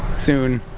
soon,